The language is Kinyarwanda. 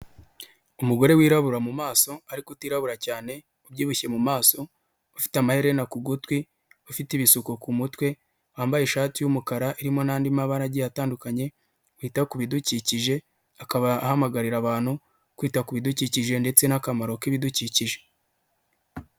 Umugore wirabura mu maso ariko utirabura cyane ubyibushye mu maso ufite amaherena ku gutwi, ufite ibisuko ku mutwe, wambaye ishati y'umukara irimo n'andi mabara agiye atandukanye wita ku bidukikije akaba ahamagarira abantu kwita ku bidukikije ndetse n'akamaro k'ibidukikije.